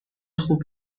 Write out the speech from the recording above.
خوب